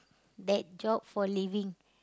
that job for living